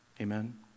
amen